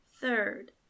Third